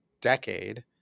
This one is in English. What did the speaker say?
decade